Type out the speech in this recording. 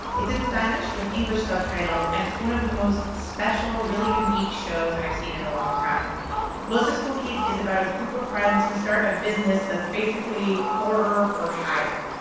it's in spanish with english subtitles, and it's one of the most special, really unique shows i've seen in a long time los espookys is about a group of friends who start a business that's basically horror for hire.